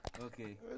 Okay